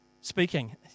speaking